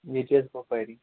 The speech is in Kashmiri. ییٚتی حظ کپوارے